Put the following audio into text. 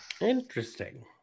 Interesting